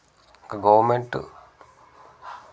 government